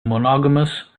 monogamous